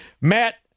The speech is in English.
Matt